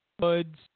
woods